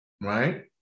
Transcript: right